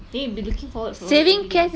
then you'll be looking forward for work everyday